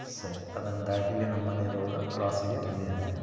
ಸರಿ ಅದನ್ನು ದಾಟಿ ಈಗ ನಮ್ಮನೆ ರೋಡು ಕ್ರಾಸಿಗೆ ಬಂದಿದ್ದಾನೆ